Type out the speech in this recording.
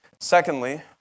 Secondly